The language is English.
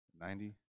Ninety